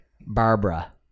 Barbara